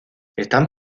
están